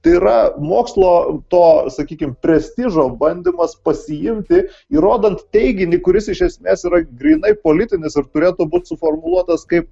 tai yra mokslo to sakykim prestižo bandymas pasiimti įrodant teiginį kuris iš esmės yra grynai politinis ir turėtų būt suformuluotas kaip